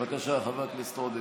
בבקשה, חבר הכנסת עודה.